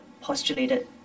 postulated